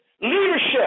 leadership